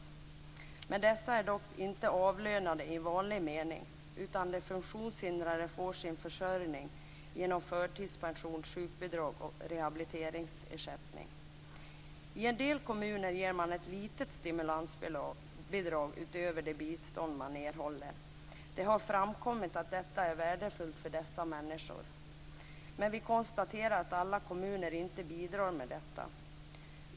Detta arbete är dock inte avlönat i vanlig mening, utan de funktionshindrade får sin försörjning genom förtidspension, sjukbidrag och rehabiliteringsersättning. I en del kommuner ger man ett litet stimulansbidrag utöver det bistånd som man erhåller. Det har framkommit att detta är värdefullt för dessa människor. Vi konstaterar dock att inte alla kommuner ger ett sådant bidrag.